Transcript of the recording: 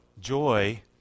Joy